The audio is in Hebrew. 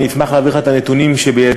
אני אשמח להעביר לך את הנתונים שבידי,